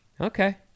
Okay